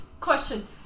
Question